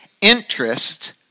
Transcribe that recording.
interest